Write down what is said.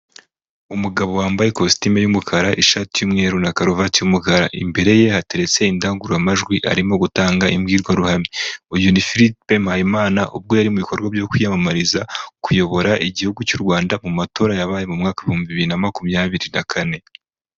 Umugabo wambaye ikositime y'umukara, ishati y'umweru na karuvati y'umukara, imbere ye hateraretsetse indangururamajwi arimo gutanga imbwirwaruhame, uyu ni Philippe Mpayimana ubwo yari mu bikorwa byo kwiyamamariza, kuyobora igihugu cy'u Rwanda, mu matora yabaye mu mwaka w'ibihumbi bibiri na makumyabiri na kane.